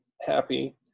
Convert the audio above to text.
happy